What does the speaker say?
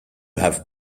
have